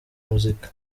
muzika